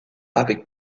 avec